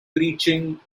preaching